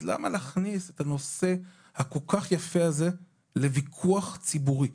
אז למה להכניס את הנושא היפה הזה לוויכוח ציבורי?